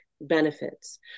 benefits